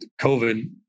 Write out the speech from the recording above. COVID